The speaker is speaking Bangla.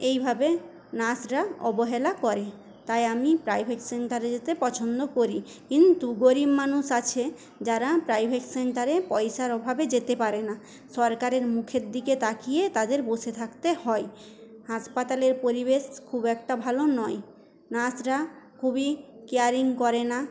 এইভাবে নার্সরা অবহেলা করে তাই আমি প্রাইভেট সেন্টারে যেতে পছন্দ করি কিন্তু গরীব মানুষ আছে যারা প্রাইভেট সেন্টারে পয়সার অভাবে যেতে পারে না সরকারের মুখের দিকে তাকিয়ে তাদের বসে থাকতে হয় হাসপাতালের পরিবেশ খুব একটা ভালো নয় নার্সরা খুবই কেয়ারিং করে না